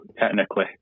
technically